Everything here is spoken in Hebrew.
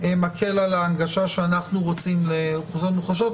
מקל על ההנגשה שאנחנו רוצים לאוכלוסיות מוחלשות,